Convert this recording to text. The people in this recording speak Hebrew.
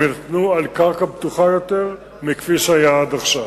הם יינתנו על קרקע בטוחה יותר מכפי שהיה עד עכשיו.